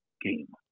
game